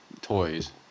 toys